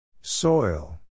Soil